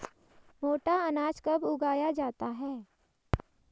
मोटा अनाज कब उगाया जाता है?